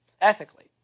ethically